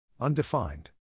Undefined